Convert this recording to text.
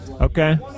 Okay